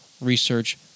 research